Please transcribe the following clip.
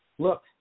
look